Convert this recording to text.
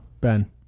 Ben